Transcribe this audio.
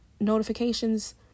notifications